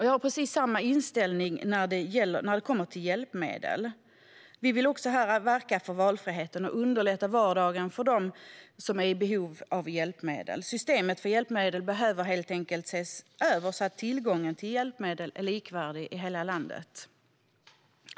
Jag har samma inställning när det gäller hjälpmedel. Vi vill också här verka för valfrihet och underlätta vardagen för personer som har behov av hjälpmedel. Systemet för hjälpmedel behöver helt enkelt ses över, så att tillgången till hjälpmedel är likvärdig i hela landet.